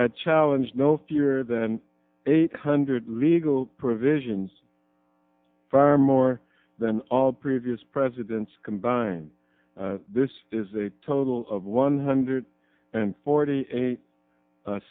had challenged no fewer than eight hundred legal provisions far more than all previous presidents combined this is a total of one hundred and forty eight